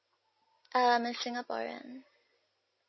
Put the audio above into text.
I'm a singaporean